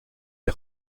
les